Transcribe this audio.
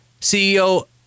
CEO